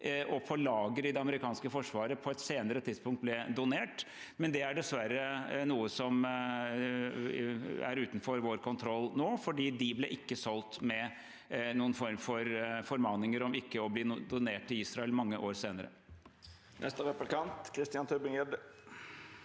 og på lager i det amerikanske forsvaret, på et senere tidspunkt ble donert. Det er dessverre noe som er utenfor vår kontroll nå, for de ble ikke solgt med noen form for formaninger om ikke å bli donert til Israel mange år senere.